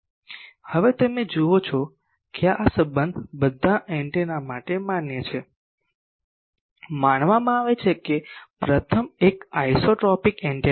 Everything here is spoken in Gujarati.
હવે તમે જુઓ છો કે આ સંબંધ બધા એન્ટેના માટે માન્ય છે માનવામાં આવે છે કે પ્રથમ એક એસોટ્રોપિક એન્ટેના છે